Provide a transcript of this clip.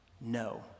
No